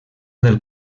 del